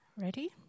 Ready